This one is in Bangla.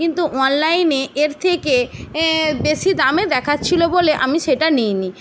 কিন্তু অনলাইনে এর থেকে বেশি দামে দেখাচ্ছিলো বলে আমি সেটা নিই নি